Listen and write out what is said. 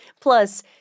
Plus